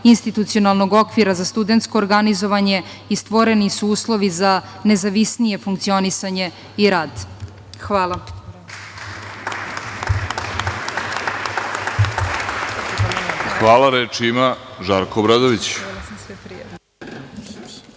institucionalnog okvira za studentsko organizovanje i stvoreni su uslovi za nezavisnije funkcionisanje i rad. Hvala. **Vladimir Orlić**